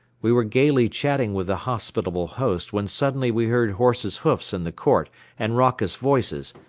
we were gaily chatting with the hospitable host when suddenly we heard horses' hoofs in the court and raucous voices,